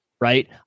right